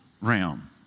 realm